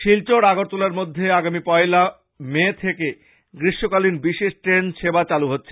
শিলচর ও আগরতলার মধ্যে আগামী পয়লা মে থেকে গ্রীষ্মকালীন বিশেষ ট্রেন সেবা চালু হচ্ছে